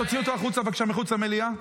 תרד למטה, תרד למטה.